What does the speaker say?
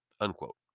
unquote